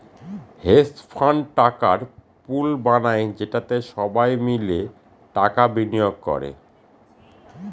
hedge fund টাকার pool বানায় যেটাতে সবাই মিলে টাকা বিনিয়োগ করে